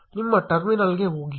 ನಿಮ್ಮ ಟರ್ಮಿನಲ್ಗೆ ಹೋಗಿ